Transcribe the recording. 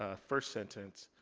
ah first sentence,